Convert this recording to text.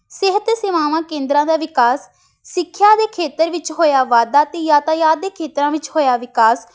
ਸਿਹਤ ਸੇਵਾਵਾਂ ਕੇਂਦਰਾਂ ਦਾ ਵਿਕਾਸ ਸਿੱਖਿਆ ਦੇ ਖੇਤਰ ਵਿੱਚ ਹੋਇਆ ਵਾਧਾ ਅਤੇ ਯਾਤਾਯਾਤ ਦੇ ਖੇਤਰਾਂ ਵਿੱਚ ਹੋਇਆ ਵਿਕਾਸ